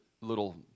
little